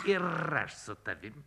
ir aš su tavim